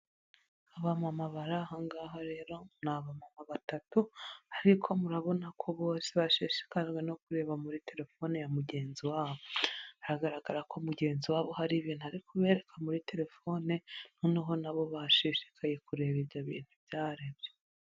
Aba mama bari aha ngaha rero ni abamama batatu, ariko murabona ko bose bashishikajwe no kureba muri telefone ya mugenzi wabo, haragaragara ko mugenzi wabo hari ibintu ari kubereka muri telefone, noneho nabo bashishikaye kureba ibyo bintu ibyo aribyo.